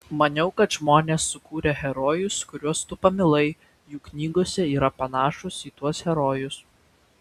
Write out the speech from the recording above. maniau kad žmonės sukūrę herojus kuriuos tu pamilai jų knygose yra panašūs į tuos herojus